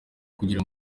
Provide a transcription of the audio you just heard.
kugira